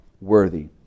worthy